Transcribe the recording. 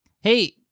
hey